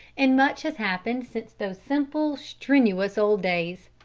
and much has happened since those simple, strenuous old days.